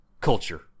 culture